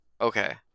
Okay